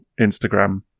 Instagram